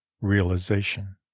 realization